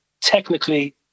technically